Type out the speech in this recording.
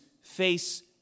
face